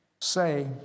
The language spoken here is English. say